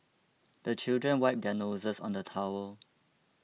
the children wipe their noses on the towel